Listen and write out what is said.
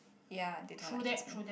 ya they don't like jasmine